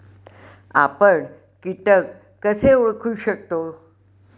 आपण कीटक कसे ओळखू शकतो?